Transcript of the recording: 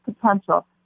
potential